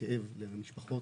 וכאב למשפחות,